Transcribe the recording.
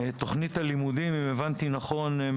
אם הבנתי נכון,